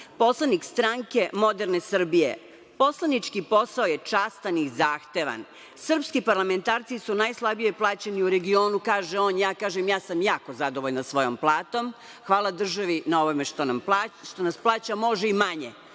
poslanik Stranke moderne Srbije: „Poslanički posao je častan i zahtevan. Srpski parlamentarci su najslabije plaćeni u regionu“, kaže on, ja kažem – ja sam jako zadovoljna svojom platom. Hvala državi na ovome što nas plaća, može i manje.